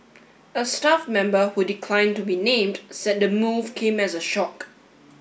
a staff member who declined to be named said the move came as a shock